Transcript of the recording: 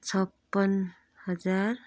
छप्पन्न हजार